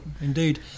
Indeed